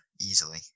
easily